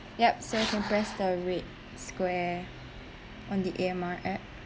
yup so can press the red square on the A_M_R app